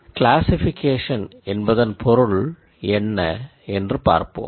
classification என்பதன் பொருள் என்ன என்று பார்ப்போம்